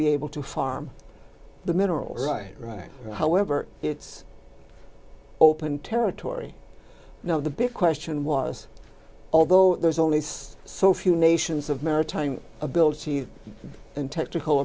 be able to farm the minerals right right however it's open territory now the big question was although there's only so few nations of maritime ability and technical